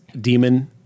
demon